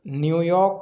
New York